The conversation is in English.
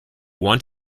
want